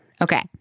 Okay